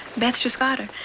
beth just got her.